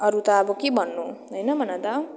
अरू त अब के भन्नु होइन भन त